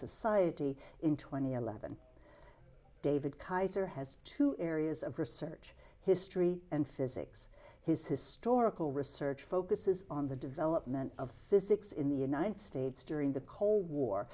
society in twenty eleven david kaiser has two areas of research history and physics his historical research focuses on the development of physics in the united states during the cold war